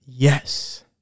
Yes